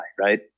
right